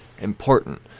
important